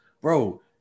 bro